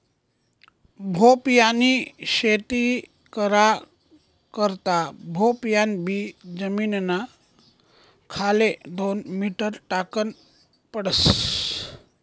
भोपयानी शेती करा करता भोपयान बी जमीनना खाले दोन मीटर टाकन पडस